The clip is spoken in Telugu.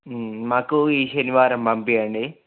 మాకు ఈ శనివారం పంపిచండి